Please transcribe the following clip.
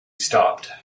stopped